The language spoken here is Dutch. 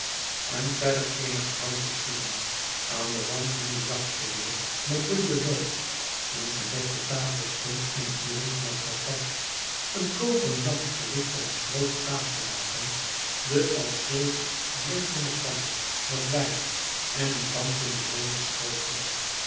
en verder eenige houten stoelen aan den wand hing een jachtgeweer met dubbelen loop een gedekte tafel stond in het midden van het vertrek een koperen lamp verlichte het grove tafellaken de als zilver blinkende kan met wijn en een dampenden rooden schotel